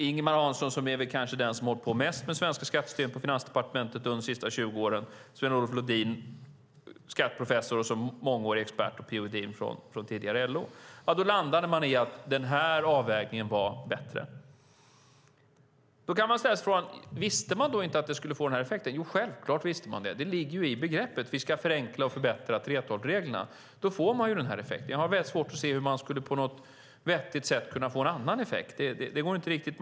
Ingemar Hansson är väl kanske den som har hållit på mest med svenska skatter på Finansdepartementet de senaste 20 åren. Sven-Olof Lodin är skatteprofessor och mångårig expert, och P-O Edin är tidigare LO-ekonom. De kom fram till att den här avvägningen var bättre. Då kan man fråga: Visste man då inte att det skulle få den här effekten? Jo, självklart visste man det. Det ligger i begreppet att förenkla och förbättra 3:12-reglerna. Då får man ju den här effekten. Jag har svårt att se hur man på något vettigt sätt skulle kunna få en annan effekt.